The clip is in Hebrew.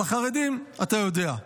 על החרדים אתה יודע.